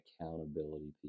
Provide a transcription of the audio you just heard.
accountability